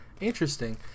Interesting